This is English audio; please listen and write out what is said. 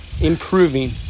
improving